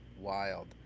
wild